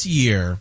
year